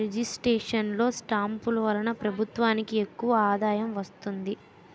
registration లో స్టాంపులు వలన ప్రభుత్వానికి ఎక్కువ ఆదాయం వస్తుంది